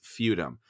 Feudum